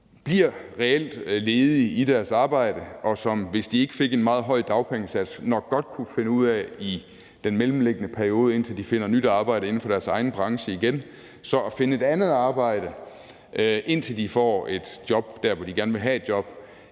bliver reelt ledige i deres arbejde, og som, hvis de ikke fik en meget høj dagpengesats, nok godt kunne finde ud af i den mellemliggende periode, indtil de finder nyt arbejde inden for deres egen branche igen, så at finde et andet arbejde, indtil de får et job der, hvor de gerne vil have et job.